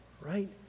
right